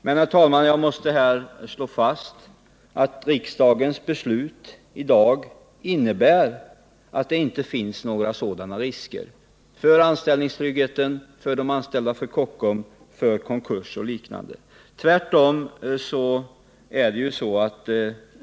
Men, herr talman, jag måste här slå fast att riksdagens beslut i dag innebär att det inte finns några sådana risker för anställningstryggheten för de anställda hos Kockums när det gäller konkurs och liknande.